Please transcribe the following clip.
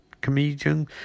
comedian